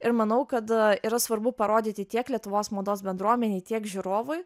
ir manau kad yra svarbu parodyti tiek lietuvos mados bendruomenei tiek žiūrovui